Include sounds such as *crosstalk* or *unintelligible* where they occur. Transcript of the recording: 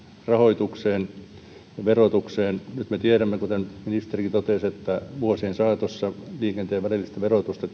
rahoitukseen ja verotukseen nyt me tiedämme kuten ministeri totesi että vuosien saatossa liikenteen välillistä verotusta *unintelligible*